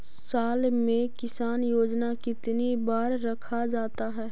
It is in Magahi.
साल में किसान योजना कितनी बार रखा जाता है?